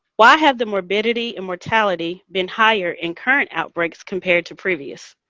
why have the morbidity and mortality been higher in current outbreaks compared to previous?